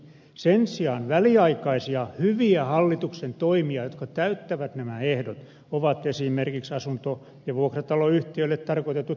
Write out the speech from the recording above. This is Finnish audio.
sen sijaan väliaikaisia hyviä hallituksen toimia jotka täyttävät nämä ehdot ovat esimerkiksi asunto ja vuokrataloyhtiölle tarkoitetut peruskorjausavustukset